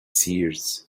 seers